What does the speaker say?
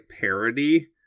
parody